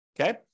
Okay